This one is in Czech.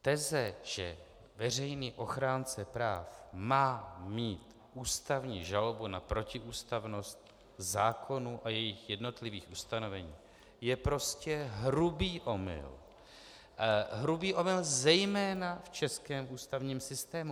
Teze, že veřejný ochránce práv má mít ústavní žalobu na protiústavnost zákonů a jejich jednotlivých ustanovení, je prostě hrubý omyl, hrubý omyl zejména v českém ústavním systému.